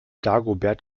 dagobert